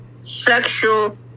sexual